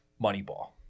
Moneyball